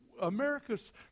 America's